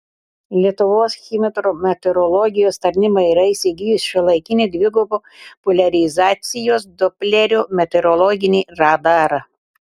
lietuvos hidrometeorologijos tarnyba yra įsigijusi šiuolaikinį dvigubos poliarizacijos doplerio meteorologinį radarą